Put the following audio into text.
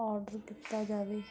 order ਦਿੱਤਾ ਜਾਵੇ